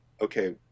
okay